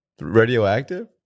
radioactive